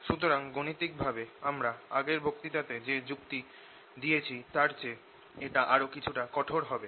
সুতরাং গাণিতিকভাবে আমরা আগের বক্তৃতাতে যে যুক্তি দিয়েছি তার চেয়ে এটা আরও কিছুটা কঠোর হবে